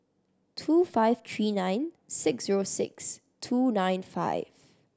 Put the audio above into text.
two five three nine six zero six two nine five